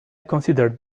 considered